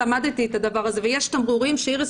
למדתי את הדבר הזה ויש תמרורים שאיריס